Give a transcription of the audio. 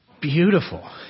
Beautiful